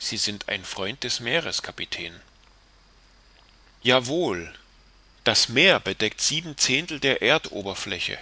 sie sind ein freund des meeres kapitän ja wohl das meer bedeckt sieben zehntel der erdoberfläche